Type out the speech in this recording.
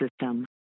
system